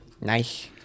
Nice